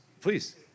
Please